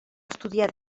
estudiar